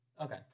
Okay